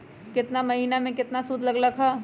केतना महीना में कितना शुध लग लक ह?